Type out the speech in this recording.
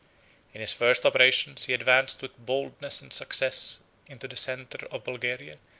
in his first operations he advanced with boldness and success into the centre of bulgaria,